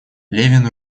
левин